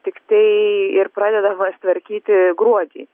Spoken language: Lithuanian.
tiktai ir pradedamas tvarkyti gruodį